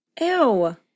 Ew